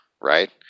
right